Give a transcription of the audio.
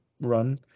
run